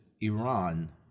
Iran